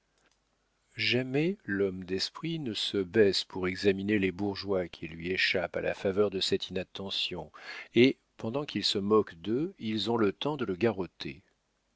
jamais l'homme d'esprit ne se baisse pour examiner les bourgeois qui lui échappent à la faveur de cette inattention et pendant qu'il se moque d'eux ils ont le temps de le garrotter